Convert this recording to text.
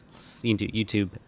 YouTube